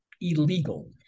illegal